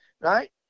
right